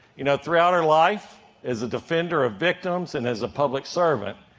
you know, throughout her life as a defender of victims and as a public servant,